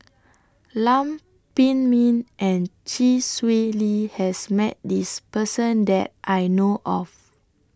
Lam Pin Min and Chee Swee Lee has Met This Person that I know of